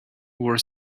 where